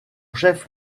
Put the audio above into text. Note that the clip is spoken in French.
chef